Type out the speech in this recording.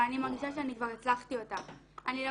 אבל אני מרגישה שאני כבר הצלחתי אותה.